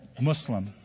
Muslim